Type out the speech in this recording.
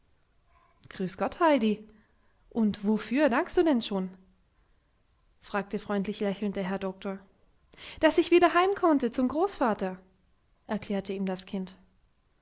grüß gott heidi und wofür dankst du denn schon fragte freundlich lächelnd der herr doktor daß ich wieder heim konnte zum großvater erklärte ihm das kind